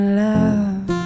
love